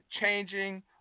changing